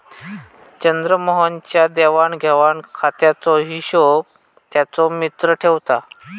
चंद्रमोहन च्या देवाण घेवाण खात्याचो हिशोब त्याचो मित्र ठेवता